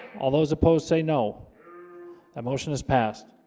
all those opposed say no that motion has passed